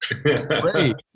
Great